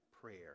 prayer